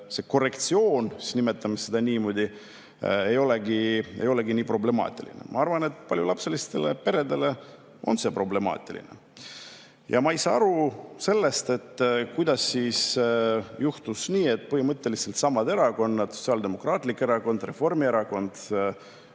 korrektsioon, nimetame seda niimoodi, ei olegi nii problemaatiline. Ma arvan, et paljulapselistele peredele on see problemaatiline. Ja ma ei saa aru sellest, kuidas juhtus nii, et põhimõtteliselt samad erakonnad – Sotsiaaldemokraatlik Erakond, Reformierakond,